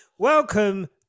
Welcome